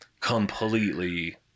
completely